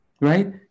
right